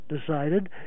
decided